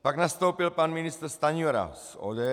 Pak nastoupil pan ministr Stanjura z ODS.